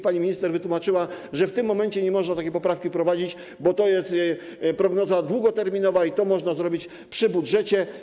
Pani minister wytłumaczyła, że w tym momencie nie można takiej poprawki wprowadzić, bo to jest prognoza długoterminowa, którą można uwzględnić przy budżecie.